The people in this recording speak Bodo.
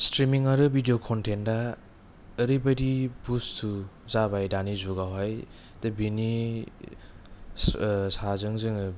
स्त्रिमिं आरो भिदिअ कन्तेन्ता ओरैबायदि बुस्तु जाबाय दानि जुगावहाय बेनि साजों जोङो